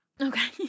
okay